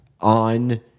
on –